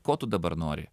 ko tu dabar nori